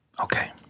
Okay